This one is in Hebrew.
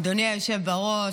אדוני היושב-ראש,